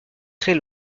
très